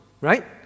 right